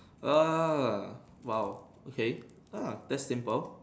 err !wow! okay ah that's simple